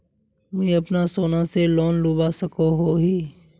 मुई अपना सोना से लोन लुबा सकोहो ही?